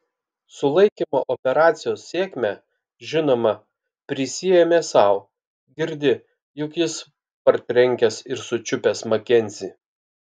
sulaikymo operacijos sėkmę žinoma prisiėmė sau girdi juk jis partrenkęs ir sučiupęs makenzį